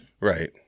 right